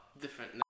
different